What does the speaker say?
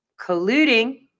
colluding